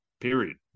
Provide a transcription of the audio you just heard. period